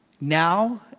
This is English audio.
Now